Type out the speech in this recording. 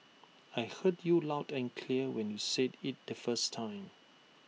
I heard you loud and clear when you said IT the first time